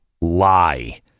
lie